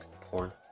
Porn